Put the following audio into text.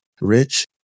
Rich